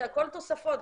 זה הכול תוספות.